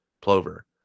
plover